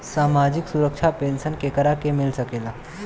सामाजिक सुरक्षा पेंसन केकरा के मिल सकेला?